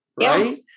right